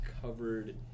covered